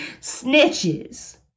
snitches